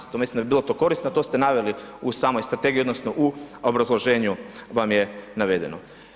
Zato mislim da bi bilo to korisno, to ste naveli u samom strategiji odnosno u obrazloženju vam je navedeno.